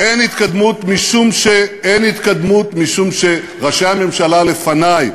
אין התקדמות משום שראשי הממשלה לפני,